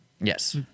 Yes